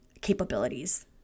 capabilities